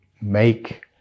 make